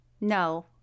No